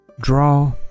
Draw